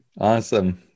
Awesome